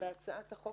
בהצעת החוק